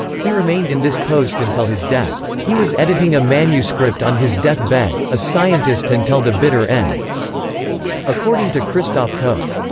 he remained in this post until his death he was editing a manuscript on his death bed, a scientist until the bitter end according to christof koch.